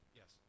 yes